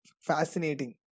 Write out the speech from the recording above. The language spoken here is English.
fascinating